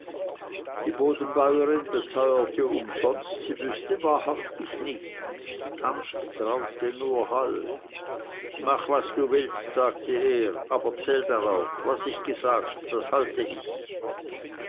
die bodenbäuerin beteuerte umsonst sie wüßte wahrhaftig nichts hans traute nur halb mach was du willst sagte er aber zähl darauf was ich gesagt das halte ich